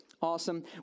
awesome